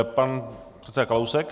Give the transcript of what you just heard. Pan předseda Kalousek.